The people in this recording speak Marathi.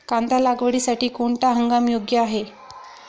कांदा लागवडीसाठी कोणता हंगाम योग्य आहे?